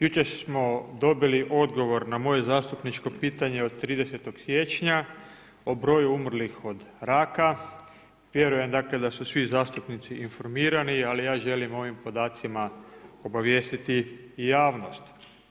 Jučer smo dobili odgovor na moje zastupničko pitanje od 30. siječnja o broju umrlih od raka, vjerujem da su svi zastupnici informirani, ali ja želim ovim podacima obavijestiti i javnost.